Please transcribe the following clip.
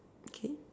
okay